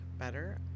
better